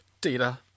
Data